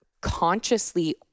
consciously